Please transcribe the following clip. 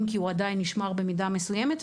אם כי הוא עדיין נשמר במידה מסוימת,